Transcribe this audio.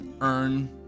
earn